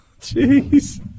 Jeez